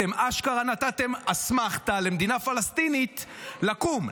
אתם אשכרה נתתם אסמכתה למדינה פלסטינית לקום.